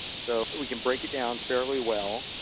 so we can break it down fairly well.